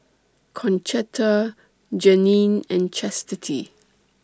Concetta Janene and Chastity